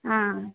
हाँ